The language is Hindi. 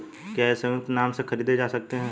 क्या ये संयुक्त नाम से खरीदे जा सकते हैं?